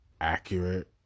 Accurate